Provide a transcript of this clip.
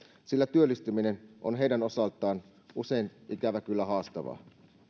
sillä työllistyminen on heidän osaltaan usein ikävä kyllä haastavaa